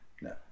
No